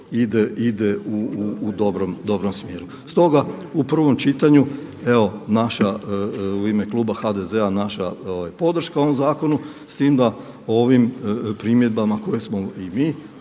ide u dobrom smjeru. Stoga u prvom čitanju evo naša u ime kluba HDZ-a naša podrška ovom zakonu s tim da o ovim primjedbama koje smo i mi